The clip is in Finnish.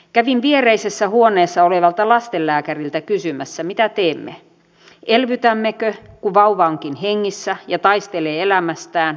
kävin viereisessä huoneessa olevalta lastenlääkäriltä kysymässä mitä teemme elvytämmekö kun vauva onkin hengissä ja taistelee elämästään